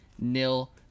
nil